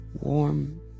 warm